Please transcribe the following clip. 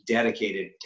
Dedicated